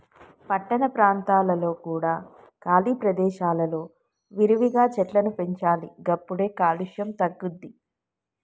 పట్టణ ప్రాంతాలలో కూడా ఖాళీ ప్రదేశాలలో విరివిగా చెట్లను పెంచాలి గప్పుడే కాలుష్యం తగ్గుద్ది